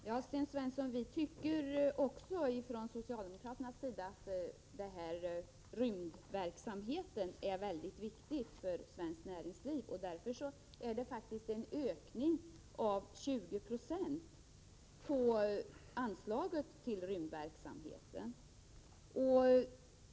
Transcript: Herr talman! Ja, Sten Svensson, socialdemokraterna tycker också att rymdverksamheten är mycket viktig för svenskt näringsliv. Därför är det faktiskt fråga om en ökning på 20 96 av anslaget till rymdverksamheten.